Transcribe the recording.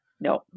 no